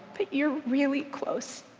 but you're really close,